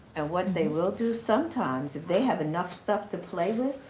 and what they will do sometimes if they have enough stuff to play with,